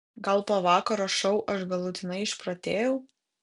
gal po vakaro šou aš galutinai išprotėjau